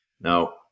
Now